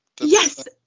Yes